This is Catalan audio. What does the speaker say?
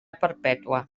perpètua